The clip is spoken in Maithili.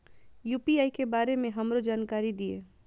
यू.पी.आई के बारे में हमरो जानकारी दीय?